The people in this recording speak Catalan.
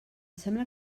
sembla